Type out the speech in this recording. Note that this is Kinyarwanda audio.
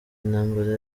intambara